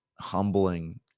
humbling